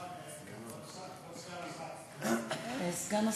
סליחה, כבוד סגן השר,